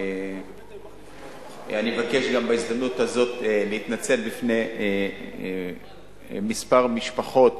אני מבקש בהזדמנות הזאת להתנצל בפני כמה משפחות,